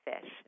fish